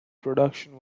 production